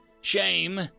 Shame